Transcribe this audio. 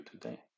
today